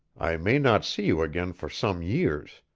i may not see you again for some years.